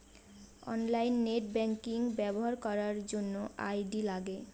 online net banking ব্যবহার করার জন্য আই.ডি লাগে